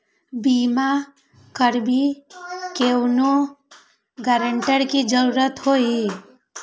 बिमा करबी कैउनो गारंटर की जरूरत होई?